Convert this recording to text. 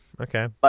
okay